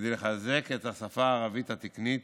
כדי לחזק את השפה הערבית התקנית